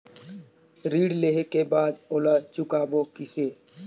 ऋण लेहें के बाद ओला चुकाबो किसे?